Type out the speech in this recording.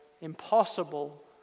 impossible